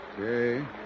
Okay